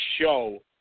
show